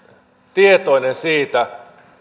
tietoinen siitä